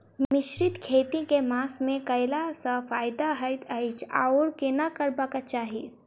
मिश्रित खेती केँ मास मे कैला सँ फायदा हएत अछि आओर केना करबाक चाहि?